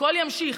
והכול ימשיך,